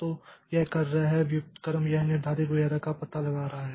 तो यह कर रहा है व्युत्क्रम यह निर्धारक वगैरह का पता लगा रहा है